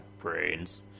brains